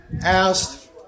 asked